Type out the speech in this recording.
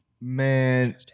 man